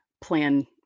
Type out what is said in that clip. plan